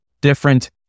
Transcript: different